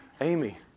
Amy